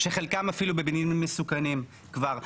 שחלקם אפילו בבניינים מסוכנים כבר.